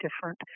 different